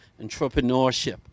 entrepreneurship